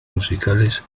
musicales